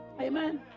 Amen